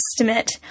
estimate